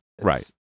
Right